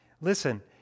Listen